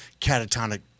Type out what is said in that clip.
catatonic